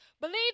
Believe